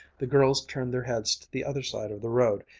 the girls turned their heads to the other side of the road,